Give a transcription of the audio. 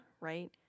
right